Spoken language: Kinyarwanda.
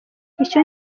icyo